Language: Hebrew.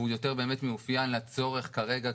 הוא יותר מאופיין לצורך כרגע,